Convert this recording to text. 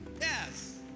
Yes